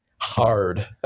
hard